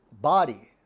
body